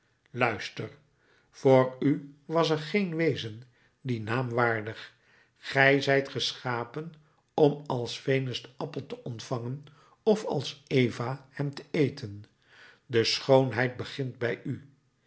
luister vr u was er geen wezen dien naam waardig gij zijt geschapen om als venus den appel te ontvangen of als eva hem te eten de schoonheid begint bij u